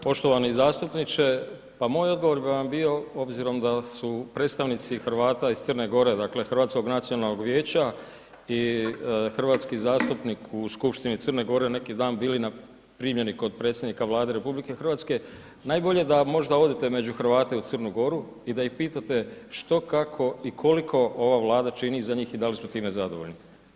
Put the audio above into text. Poštovani zastupniče, pa moj odgovor bi vam bio obzirom da su predstavnici Hrvata iz Crne Gore, dakle Hrvatskog nacionalnog vijeća i hrvatski zastupnik u Skupštini Crne Gore neki dan bili primljeni kod predsjednika Vlade RH najbolje da možda odete među Hrvate u Crnu Goru i da ih pitate što, kako i koliko ova Vlada čini za njih i da li su time zadovoljni.